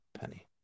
penny